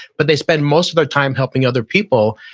but they spend most of their time helping other people.